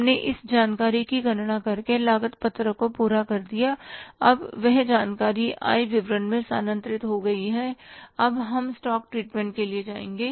हमने इस जानकारी की गणना करके लागत पत्रक को पूरा कर दिया अब वह जानकारी आय विवरण में स्थानांतरित हो गई है और अब हम स्टॉक ट्रीटमेंट के लिए जाएंगे